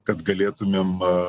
kad galėtumėm